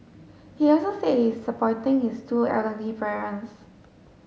he also said he is supporting his two elderly parents